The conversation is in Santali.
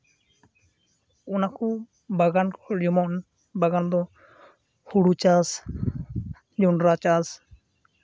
ᱚᱱᱟᱠᱚ ᱵᱟᱜᱟᱱ ᱠᱚ ᱡᱮᱢᱚᱱ ᱵᱟᱜᱟᱱ ᱫᱚ ᱦᱩᱲᱩ ᱪᱟᱥ ᱡᱚᱸᱰᱨᱟ ᱪᱟᱥ